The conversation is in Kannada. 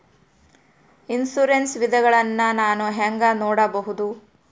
ಇನ್ಶೂರೆನ್ಸ್ ವಿಧಗಳನ್ನ ನಾನು ಹೆಂಗ ನೋಡಬಹುದು?